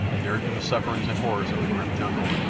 inured to the sufferings and horrors of the grim jungle,